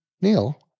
neil